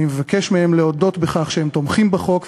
אני מבקש מהם להודות בכך שהם תומכים בחוק,